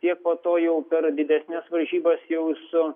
jie po to jau per didesnes varžybas jau su